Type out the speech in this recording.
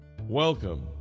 Welcome